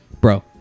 Bro